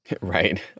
Right